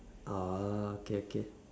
oh okay okay